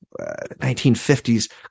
1950s